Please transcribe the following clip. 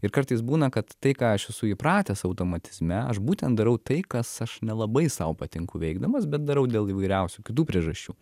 ir kartais būna kad tai ką aš esu įpratęs automatizme aš būtent darau tai kas aš nelabai sau patinku veikdamas bet darau dėl įvairiausių kitų priežasčių